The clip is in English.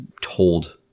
told